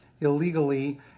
illegally